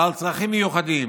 בעל צרכים מיוחדים